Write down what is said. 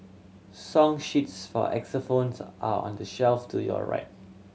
song sheets for xylophones are are on the shelf to your right